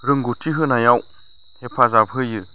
रोंगौथि होनायाव हेफाजाब होयो